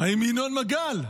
האם ינון מגל?